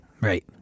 Right